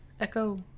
echo